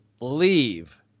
leave